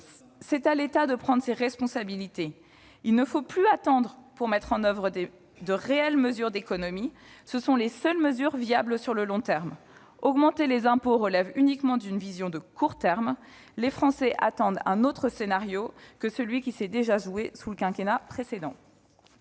C'est à l'État de prendre ses responsabilités ; il ne faut plus attendre pour mettre en oeuvre de réelles économies, ce sont les seules mesures viables à long terme. Augmenter les impôts relève uniquement d'une vision de court terme ; les Français attendent un autre scénario que celui qui s'est déjà joué sous le quinquennat précédent.